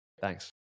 Thanks